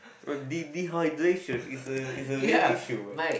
uh de~ dehydration is a is a real issue ya